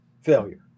failure